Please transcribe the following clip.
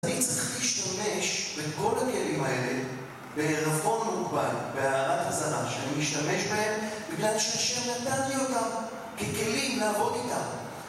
אני צריך להשתמש בכל הכלים האלה בעירבון מוגבל, בהערת אזהרה שאני משתמש בהם בגלל שהשם נתתי אותם ככלים לעבוד איתם